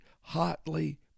hotly